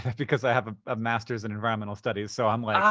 because i have a master's in environmental studies. so i'm yeah